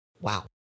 Wow